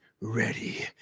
ready